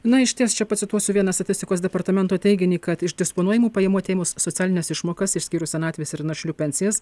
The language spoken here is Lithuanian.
na išties čia pacituosiu vieną statistikos departamento teiginį kad iš disponuojamų pajamų atėmus socialines išmokas išskyrus senatvės ir našlių pensijas